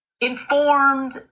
informed